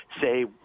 say